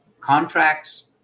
contracts